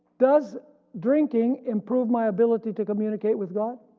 does drinking improve my ability to communicate with god?